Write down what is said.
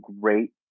great